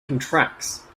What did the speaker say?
contracts